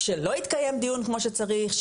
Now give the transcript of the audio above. שלא יתקיים דיון כמו שצריך,